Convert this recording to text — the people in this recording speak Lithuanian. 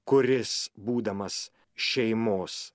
kuris būdamas šeimos